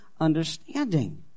understanding